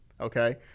okay